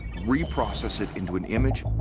reprocess it into an image.